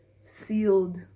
sealed